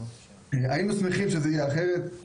היינו שמחים שזה יהיה אחרת,